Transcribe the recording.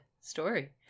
story